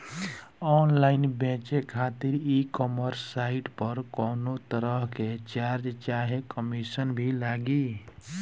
Online बेचे खातिर e commerce site पर कौनोतरह के चार्ज चाहे कमीशन भी लागी?